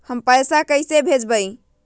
हम पैसा कईसे भेजबई?